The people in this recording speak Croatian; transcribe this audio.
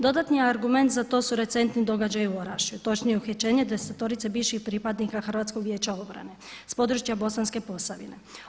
Dodatni argument za to su recentni događaji u Orašju, točnije uhićenje desetorice bivših pripadnika Hrvatskog vijeća obrane s područja Bosanske Posavine.